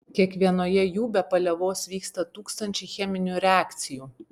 kiekvienoje jų be paliovos vyksta tūkstančiai cheminių reakcijų